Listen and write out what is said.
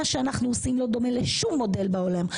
מה שאנחנו עושים לא דומה לשום מודל בעולם.